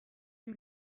you